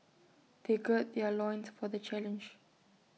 they gird their loins for the challenge